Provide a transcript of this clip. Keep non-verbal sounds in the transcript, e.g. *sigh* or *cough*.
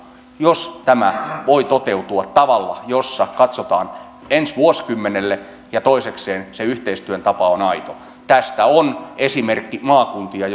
jos tämä voi toteutua tavalla jossa katsotaan ensi vuosikymmenelle ja toisekseen se yhteistyön tapa on aito tästä on esimerkkimaakuntia *unintelligible*